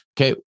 okay